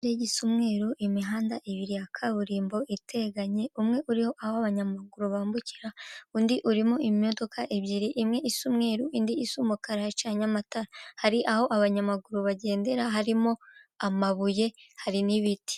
Igiti gisa umweru imihanda ibiri ya kaburimbo iteganye, umwe uriho aho abanyamaguru bambukira undi urimo imodoka ebyiri imwe isa umweru, indi isa umukara hacanye amatara hari aho abanyamaguru bagendera harimo amabuye hari n'ibiti.